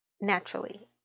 naturally